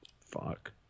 Fuck